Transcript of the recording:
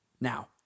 Now